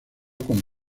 con